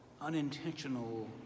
unintentional